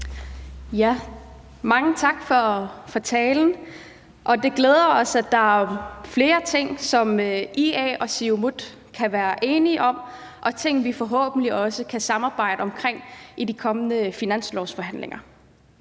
Mange tak for talen. Det glæder os, at der er flere ting, som IA og Siumut kan være enige om, og ting, vi forhåbentlig også kan samarbejde om i de kommende finanslovsforhandlinger.